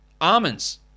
Almonds